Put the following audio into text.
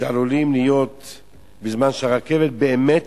שעלולים להיות בזמן שהרכבת באמת תפעל,